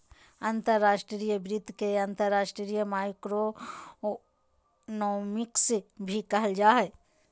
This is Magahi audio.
अंतर्राष्ट्रीय वित्त के अंतर्राष्ट्रीय माइक्रोइकोनॉमिक्स भी कहल जा हय